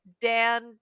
Dan